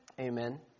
Amen